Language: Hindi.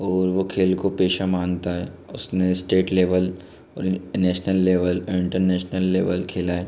और वो खेल को पेशा मानता है उसने स्टेट लेवल और नेशनल लेवल इंटरनेशनल लेवल खेला है